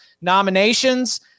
nominations